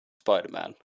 spider-man